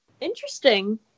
Interesting